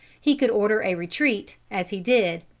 he could order a retreat, as he did,